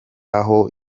aho